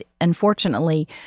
unfortunately